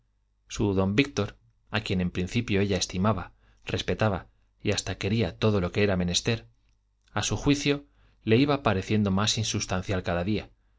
su don víctor a quien en principio ella estimaba respetaba y hasta quería todo lo que era menester a su juicio le iba pareciendo más insustancial cada día